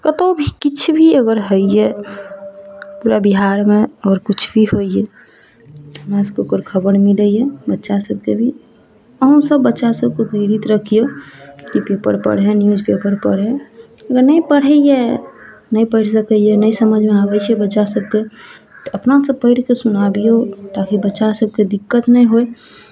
कतहु भी किछु भी अगर होइए पूरा बिहारमे अगर किछु भी होइए हमरा सबके ओकर खबर मिलइए बच्चा सबके भी अहुँ सब बच्चा सबके प्रेरित रखियौ कि पेपर पढ़य न्यूज पेपर पढ़य अगर नहि पढ़इए नहि पढ़ि सकइए नहि समझमे आबय छै बच्चा सबके तऽ अपनोसँ पढ़ि कऽ सुना दियौ ताकि बच्चा सबके दिक्कत नहि होइ